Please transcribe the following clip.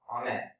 Amen